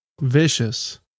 vicious